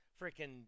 freaking